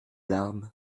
larmes